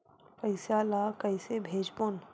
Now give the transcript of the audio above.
पईसा ला कइसे भेजबोन?